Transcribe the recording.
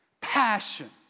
Passion